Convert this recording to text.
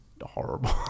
horrible